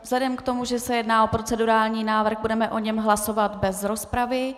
Vzhledem k tomu, že se jedná o procedurální návrh, budeme o něm hlasovat bez rozpravy.